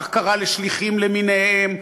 כך קרה לשליחים למיניהם.